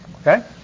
okay